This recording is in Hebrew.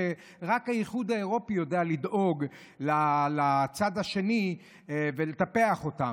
שרק האיחוד האירופי יודע לדאוג לצד השני ולטפח אותו.